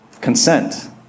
Consent